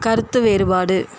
கருத்து வேறுபாடு